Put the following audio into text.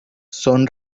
son